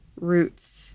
roots